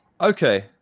okay